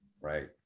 right